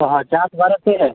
ᱚᱻ ᱦᱚᱸ ᱟᱪᱪᱷᱟ ᱪᱟᱥ ᱵᱟᱨᱮᱛᱮ